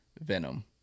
Venom